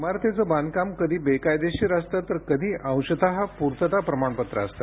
इमारतीचे बांधकाम कधी बेकायदेशीर असते तर कधी अंशतः पूर्तता प्रमाणपत्र असते